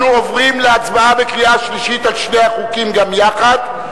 אנחנו עוברים להצבעה בקריאה שלישית על שני החוקים גם יחד,